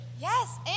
Yes